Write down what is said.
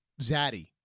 zaddy